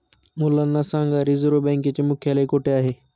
मुलांना सांगा रिझर्व्ह बँकेचे मुख्यालय कुठे आहे